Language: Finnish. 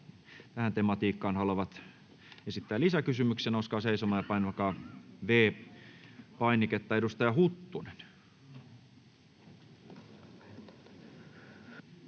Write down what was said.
korona-tematiikkaan haluavat esittää lisäkysymyksen, nouskaa seisomaan ja painakaa P-painiketta. — Edustaja Huttunen.